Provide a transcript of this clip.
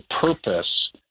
purpose